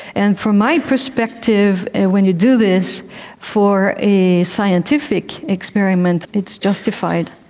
and from my perspective when you do this for a scientific experiment it's justified.